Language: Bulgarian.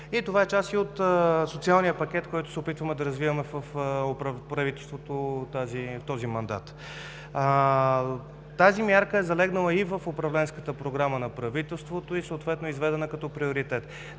Това е и част от социалния пакет, който се опитваме да развием в правителството този мандат. Тази мярка е залегнала и в Управленската програма на правителството и съответно изведена като приоритет.